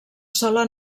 sola